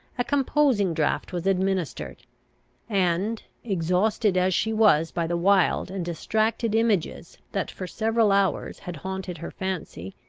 a composing draught was administered and, exhausted as she was by the wild and distracted images that for several hours had haunted her fancy,